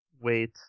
wait